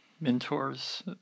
mentors